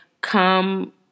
come